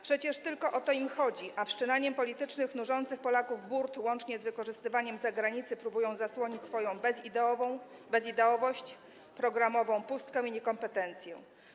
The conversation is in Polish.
Przecież tylko o to im chodzi, a wszczynaniem politycznych, nużących Polaków burd, łącznie z wykorzystywaniem zagranicy, próbują zasłonić swoją bezideowość, programową pustkę i niekompetencję.